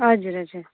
हजुर हजुर